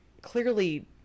clearly